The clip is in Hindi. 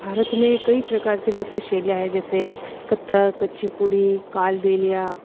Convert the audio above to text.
भारत में कई प्रकार की नृत्य शैलियाँ हैं जैसे कथक कुचिपुड़ी कालबेलिया